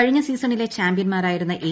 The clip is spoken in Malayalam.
കഴിഞ്ഞ സീസണിലെ ചാമ്പ്യൻമാരായിരുന്ന എ